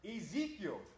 Ezekiel